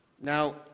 Now